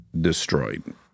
destroyed